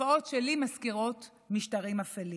תופעות שלי מזכירות משטרים אפלים.